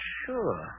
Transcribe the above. sure